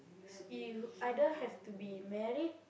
you either have to be married